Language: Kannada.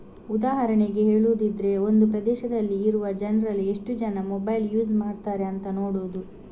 ಉದಾಹರಣೆಗೆ ಹೇಳುದಿದ್ರೆ ಒಂದು ಪ್ರದೇಶದಲ್ಲಿ ಇರುವ ಜನ್ರಲ್ಲಿ ಎಷ್ಟು ಜನ ಮೊಬೈಲ್ ಯೂಸ್ ಮಾಡ್ತಾರೆ ಅಂತ ನೋಡುದು